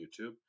YouTube